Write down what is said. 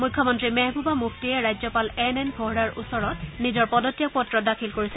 মুখ্যমন্ত্ৰী মেহবুবা মুফটিয়ে ৰাজ্যপাল এন এন ভোহৰাৰ ওচৰত নিজৰ পদত্যাগ পত্ৰ দাখিল কৰিছে